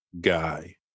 guy